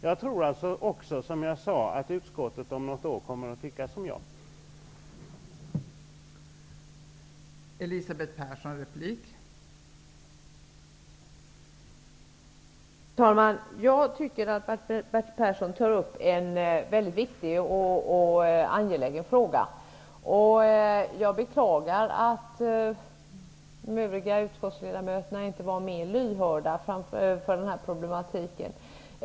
Jag tror, som jag tidigare sade, att utskottet om något år kommer att tycka som jag nu gör.